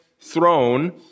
throne